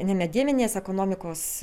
nemedieninės ekonomikos